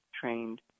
trained